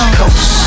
coast